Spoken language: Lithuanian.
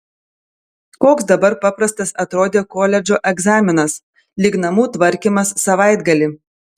koks dabar paprastas atrodė koledžo egzaminas lyg namų tvarkymas savaitgalį